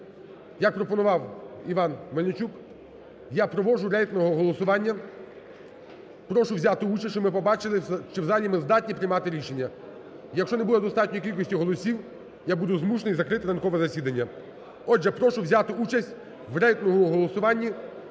Як пропонував Іван Мельничук, я проводжу рейтингове голосування, прошу взяти участь, щоб ми побачили, чи в залі ми здатні приймати рішення. Якщо не буде достатньої кількості голосів, я буду змушений закрити ранкове засідання. Отже, прошу взяти участь в рейтинговому голосуванні,